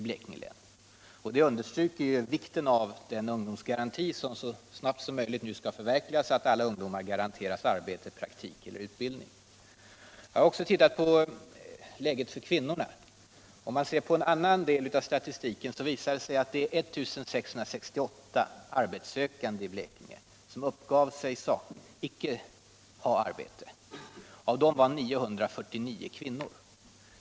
Det understryker vikten av den ungdomsgaranti, som nu så snabbt som möjligt skall förverkligas, så att alla ungdomar kan garanteras arbete, praktik eller utbildning. Jag har också tittat på läget för kvinnorna. En annan del av statistiken visar att det är 1668 arbetssökande i Blekinge som uppgivit sig icke ha arbete. Av dem var 949 kvinnor.